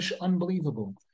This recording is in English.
Unbelievable